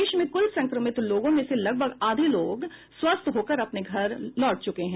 देश में कुल संक्रमित लोगों में से लगभग आधे लोग स्वस्थ होकर अपने घर जा चुके हैं